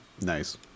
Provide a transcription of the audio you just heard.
Nice